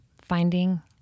finding